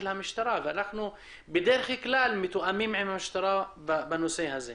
המשטרה ובדרך כלל אנחנו מתואמים עם המשטרה בנושא הזה.